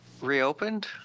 Reopened